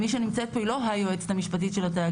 מי שנמצאת פה היא לא היועצת המשפטית של התאגיד.